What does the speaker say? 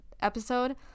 episode